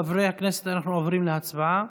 חברי הכנסת, אנחנו עוברים להצבעה